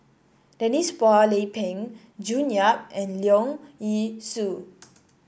Denise Phua Lay Peng June Yap and Leong Yee Soo